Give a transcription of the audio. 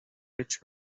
rich